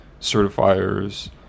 certifiers